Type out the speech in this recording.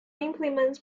implements